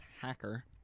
hacker